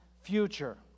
future